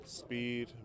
speed